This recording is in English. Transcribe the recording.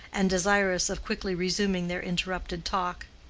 and desirous of quickly resuming their interrupted talk.